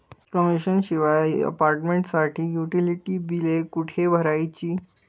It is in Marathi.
कमिशन शिवाय अपार्टमेंटसाठी युटिलिटी बिले कुठे भरायची?